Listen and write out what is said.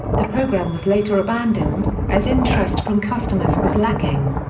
the programme was later abandoned, as interest from customers was lacking.